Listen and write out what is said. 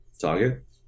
target